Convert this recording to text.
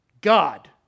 God